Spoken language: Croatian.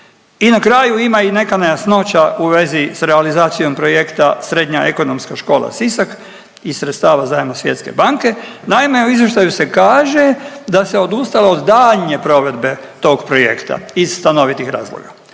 I na kraju ima i neka nejasnoća u vezi sa realizacijom projekta Srednja ekonomska škola Sisak i sredstava zajma Svjetske banke. Naime u izvještaju se kaže da se odustalo tog projekta iz stanovitih razloga,